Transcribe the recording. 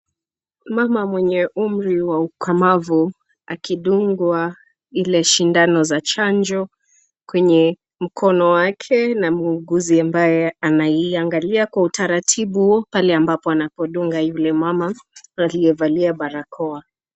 Mama mwenye umri wa ukamavu akidungwa ile sindano za chanjo, kwenye mkono wake a muuguzi ambaye anaiangalia kwa utaratibu pale ambapo anadunga yule mama aliyevalia barakoa.